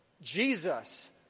Jesus